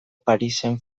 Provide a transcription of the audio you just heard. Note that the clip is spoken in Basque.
parisen